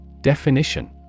Definition